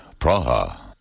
Praha